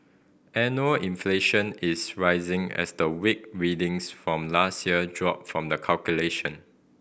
annual inflation is rising as the weak readings from last year drop from the calculation